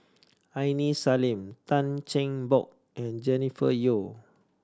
Aini Salim Tan Cheng Bock and Jennifer Yeo